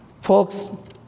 Folks